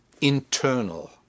internal